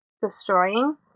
destroying